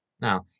Now